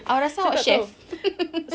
awak rasa awak chef